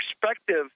perspective